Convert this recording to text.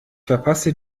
verpasse